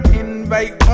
invite